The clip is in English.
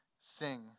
sing